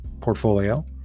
portfolio